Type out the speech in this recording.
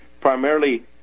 primarily